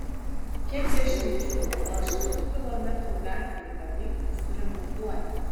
kiek dešimčių o gal šimtų kilometrų gatvių pavyktų suremontuoti